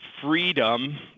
freedom